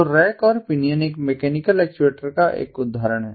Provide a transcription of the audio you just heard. तो रैक और पिनियन एक मैकेनिकल एक्चुएटर का एक उदाहरण है